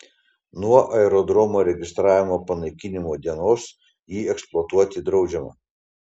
nuo aerodromo registravimo panaikinimo dienos jį eksploatuoti draudžiama